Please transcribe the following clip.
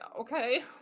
okay